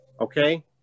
okay